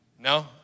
No